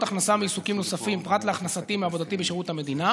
הכנסה מעיסוקים נוספים פרט להכנסתי מעבודתי בשירות המדינה,